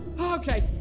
Okay